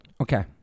Okay